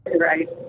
Right